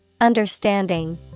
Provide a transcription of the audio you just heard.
Understanding